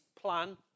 plan